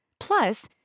Plus